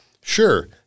sure